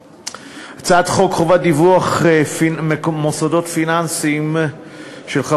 חוק חובת דיווח של מוסדות פיננסיים על כספים ללא דורש,